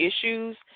issues